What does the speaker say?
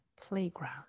playground